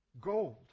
Gold